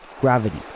gravity